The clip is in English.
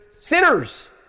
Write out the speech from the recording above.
sinners